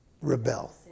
rebel